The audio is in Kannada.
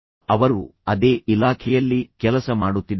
ಅವರು ಅದೇ ಇಲಾಖೆಯಲ್ಲಿ ಕೆಲಸ ಮಾಡುತ್ತಿದ್ದಾರೆ